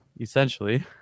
essentially